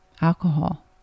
alcohol